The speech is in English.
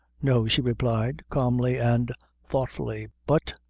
no, she replied, calmly and thoughtfully but,